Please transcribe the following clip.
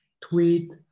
tweet